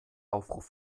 aufruf